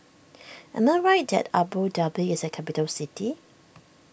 am I right that Abu Dhabi is a capital city